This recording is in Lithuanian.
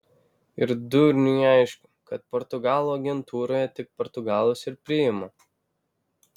ir durniui aišku kad portugalų agentūroje tik portugalus ir priima